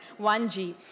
1G